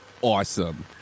awesome